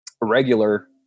regular